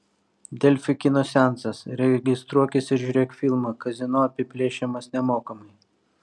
delfi kino seansas registruokis ir žiūrėk filmą kazino apiplėšimas nemokamai